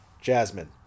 Jasmine